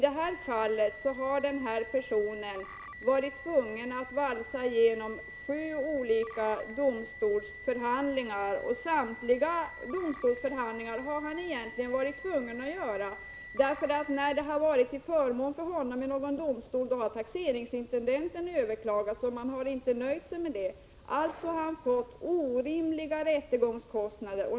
I det här fallet har personen i fråga varit tvungen att valsa igenom sju olika domstolsförhandlingar. Samtliga domstolsförhandlingar har han egentligen varit tvungen att genomföra, för när utslaget har varit till förmån för honom i någon domstol, har taxeringsintendenten inte nöjt sig med det utan överklagat. Personen i fråga har därigenom fått orimliga rättegångskostnader.